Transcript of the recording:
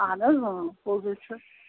اہن حظ اۭں پوٚزَے چھُ